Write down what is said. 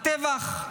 הטבח,